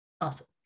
Awesome